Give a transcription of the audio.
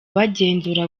bagenzura